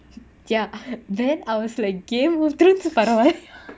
ya then I was like game of throne பரவாலயா:paravalaya